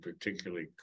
particularly